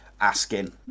asking